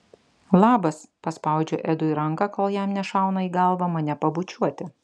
labas paspaudžiu edui ranką kol jam nešauna į galvą mane pabučiuoti